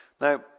Now